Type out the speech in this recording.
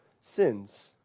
sins